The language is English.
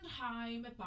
time